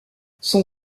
son